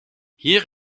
hier